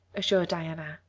assured diana.